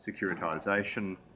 securitisation